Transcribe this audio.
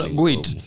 wait